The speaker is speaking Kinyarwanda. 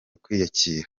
kwiyakira